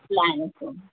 لائے ہیں فارم